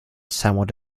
somewhat